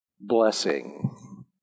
blessing